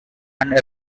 and